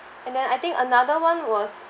and then I think another one was